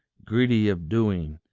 greedy of doing,